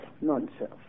non-self